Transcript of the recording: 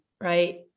Right